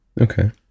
Okay